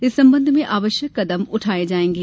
इस संबंध में आवश्यक कदम उठाये जायेंगे